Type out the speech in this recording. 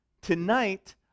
Tonight